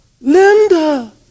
Linda